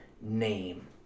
name